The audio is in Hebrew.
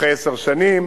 אחרי כמה שנים.